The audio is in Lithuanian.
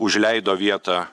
užleido vietą